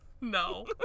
No